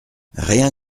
rien